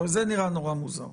גם זה נראה נורא מוזר.